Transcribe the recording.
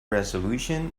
resolution